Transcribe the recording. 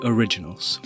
Originals